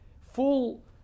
full